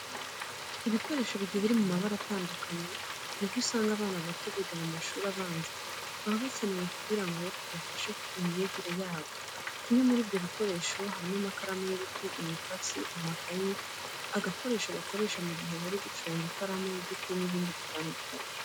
Ibikoresho bigiye biri mu mabara atandukanye ni byo usanga abana bato biga mu mashuri abanza baba bakeneye kugira ngo bibafashe mu myigire yabo. Bimwe muri ibyo bikoresho harimo amakaramu y'ibiti, imikasi, amakayi, agakoresho bakoresha mu gihe bari guconga ikaramu y'igiti n'ibindi bitandukanye.